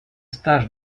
stages